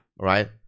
Right